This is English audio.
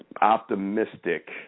optimistic